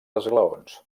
esglaons